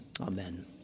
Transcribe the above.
Amen